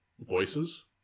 Voices